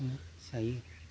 बिदिनो जायो